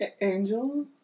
Angel